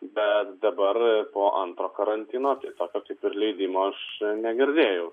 bet dabar po antro karantino tai tokio kaip ir leidimo aš negirdėjau